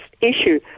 issue